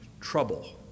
trouble